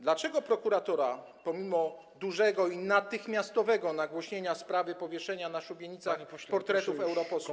Dlaczego prokuratura pomimo dużego i natychmiastowego nagłośnienia sprawy powieszenia na szubienicach portretów europosłów.